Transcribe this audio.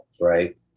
right